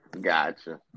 Gotcha